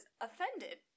offended